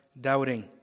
doubting